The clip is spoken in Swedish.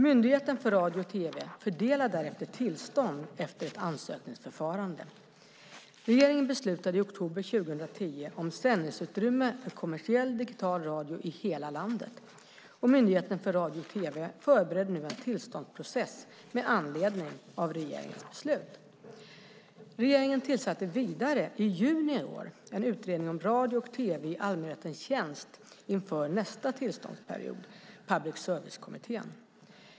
Myndigheten för radio och tv fördelar därefter tillstånd efter ett ansökningsförfarande. Regeringen beslutade i oktober 2010 om sändningsutrymme för kommersiell digital radio i hela landet. Myndigheten för radio och tv förbereder nu en tillståndsprocess med anledning av regeringens beslut. Regeringen tillsatte vidare i juni i år en utredning om radio och tv i allmänhetens tjänst inför nästa tillståndsperiod, Public service-kommittén.